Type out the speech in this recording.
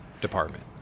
department